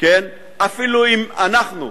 אפילו אם אנחנו,